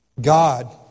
God